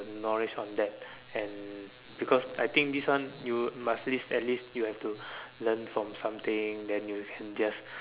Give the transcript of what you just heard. knowledge on that and because I think this one you must list at least you have to learn from something then you can just